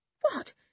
What